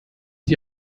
die